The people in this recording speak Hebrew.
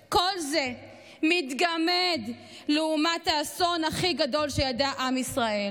כל זה מתגמד לעומת האסון הכי גדול שידע עם ישראל.